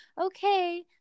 okay